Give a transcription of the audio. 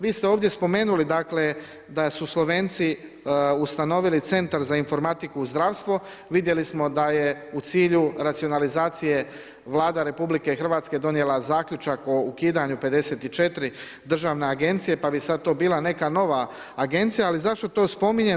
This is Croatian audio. Vi ste ovdje spomenuli dakle da su Slovenci ustanovili centar za informatiku i zdravstvo, vidjeli smo da je u cilju racionalizacije Vlada RH donijela zaključak o ukidanju 54 državne agencije pa bi sad to bila neka nova agencija, ali zašto to spominjem?